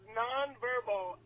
nonverbal